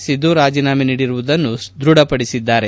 ಸಿಧು ರಾಜೀನಾಮೆ ನೀಡಿರುವುದನ್ನು ದೃಢಪಡಿಸಿದ್ದಾರೆ